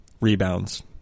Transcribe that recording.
rebounds